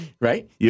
Right